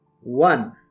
one